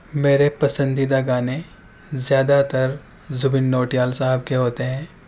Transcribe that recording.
میرے پسندیدہ گانے زیادہ تر زبین نوٹیال صاحب کے ہوتے ہیں